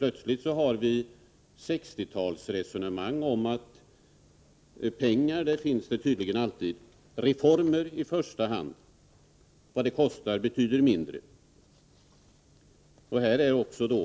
Plötsligt förs det ett 1960-talsresonemang — pengar finns det tydligen alltid: Reformer i första hand, vad de kostar betyder mindre! Förutom att det kostar pengar